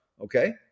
Okay